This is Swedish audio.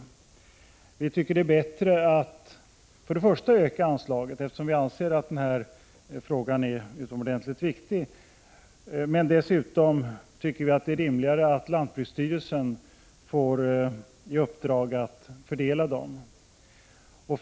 Till att börja med tycker vi det är bättre att öka anslaget, eftersom vi anser att frågan är utomordentligt viktig, och dessutom tycker vi att det är rimligare att lantbruksstyrelsen får i uppdrag att fördela medlen.